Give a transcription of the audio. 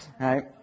Right